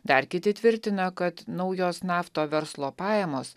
dar kiti tvirtina kad naujos nafto verslo pajamos